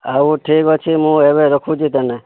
ଆଉ ଠିକ୍ ଅଛି ମୁଁ ଏବେ ରଖୁଛି ତାନେ